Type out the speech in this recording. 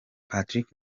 patrick